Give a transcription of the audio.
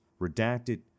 redacted